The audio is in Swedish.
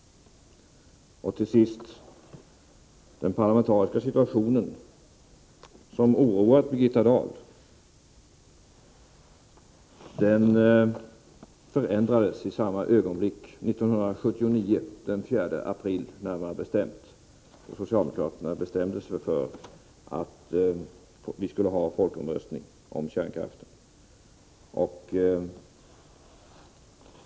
För det tredje och slutligen: Den parlamentariska situationen, som oroar Birgitta Dahl, förändrades i samma ögonblick, närmare bestämt den 4 april 1979, som socialdemokraterna bestämde sig för att vi skulle ha en folkomröstning om kärnkraften.